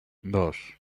dos